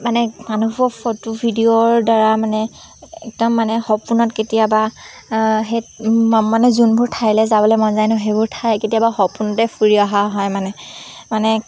মানে মানুহৰ ফটো ভিডিঅ'ৰ দ্বাৰা মানে একদম মানে সপোনত কেতিয়াবা সেই মানে যোনবোৰ ঠাইলৈ যাবলৈ মন যায় ন সেইবোৰ ঠাই কেতিয়াবা সপোনতে ফুৰি অহা হয় মানে মানে